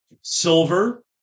Silver